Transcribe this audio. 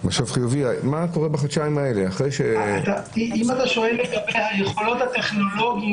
אם אתה שואל לגבי היכולות הטכנולוגיות,